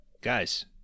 Guys